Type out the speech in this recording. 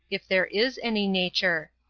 if there is any nature.